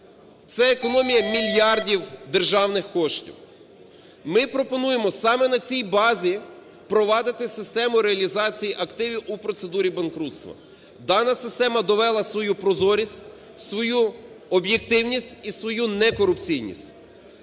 це економія мільярдів державних коштів. Ми пропонуємо саме на цій базі впровадити систему реалізації активів у процедурі банкрутства. Дана система довела свою прозорість, свою об'єктивність і свою некорупційність.